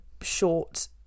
short